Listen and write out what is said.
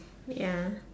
ya